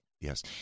Yes